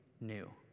new